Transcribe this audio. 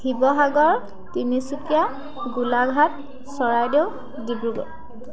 Sivasagar Tinsukia Golaghat Charaideo Dibrugarh